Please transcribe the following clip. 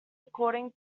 according